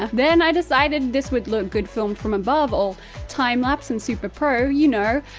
ah then i decided this would look good filmed from above all time lapsed and super pro, you know.